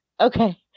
Okay